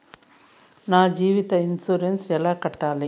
నా జీవిత ఇన్సూరెన్సు ఎలా కట్టాలి?